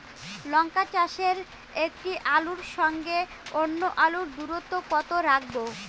লঙ্কা চাষে একটি আলুর সঙ্গে অন্য আলুর দূরত্ব কত রাখবো?